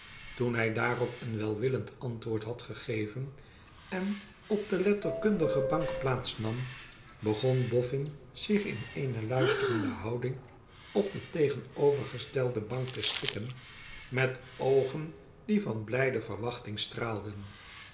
toen hij daarop een welwillend antwoord had gegeven en op de letterkundige bank plaats nam begon boffin zich in ene luisterende houding op de tegenovergestelde bank te schikken met oogen die van blijde verwachting straalden